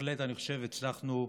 בהחלט אני חושב שהצלחנו,